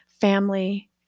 family